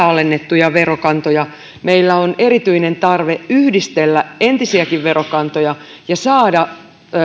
alennettuja verokantoja meillä on erityinen tarve yhdistellä entisiäkin verokantoja ja saada